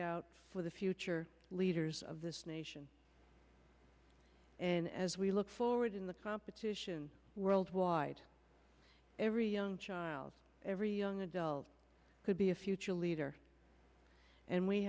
out for the future leaders of this nation and as we look forward in the competition worldwide every young child every young adult could be a future leader and we